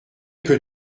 que